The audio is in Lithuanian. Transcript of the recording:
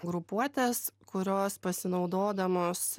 grupuotės kurios pasinaudodamos